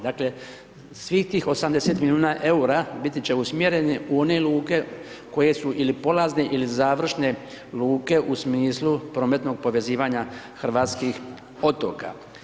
Dakle, svih tih 80 milijuna eura, biti će usmjereni u one luke koje su ili polazne ili završne luke u smislu prometnog povezivanja hrvatskih otoka.